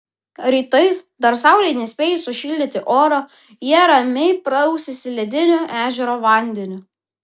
rytais dar saulei nespėjus sušildyti oro jie ramiai prausiasi lediniu ežero vandeniu